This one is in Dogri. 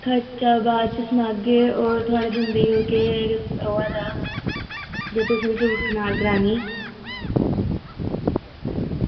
थुआढ़े चा बाद च सनागे होर थुआढ़े दंदें ई ओह् केह् होआ दा जां तुसें रूट कनाल करानी